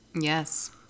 Yes